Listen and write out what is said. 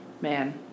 Man